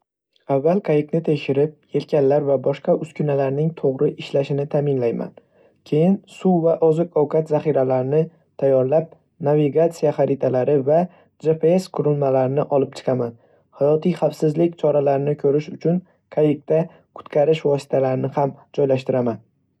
Avval qayiqni tekshirib, yelkanlar va boshqa uskunalarning to‘g‘ri ishlashini ta'minlayman. Keyin, suv va oziq-ovqat zaxiralarini tayyorlab, navigatsiya xaritalari va GPS qurilmalarini olib chiqaman. Hayotiy xavfsizlik choralarini ko‘rish uchun qayiqda qutqarish vositalarini ham joylashtiraman.